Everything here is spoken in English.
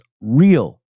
real